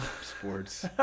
sports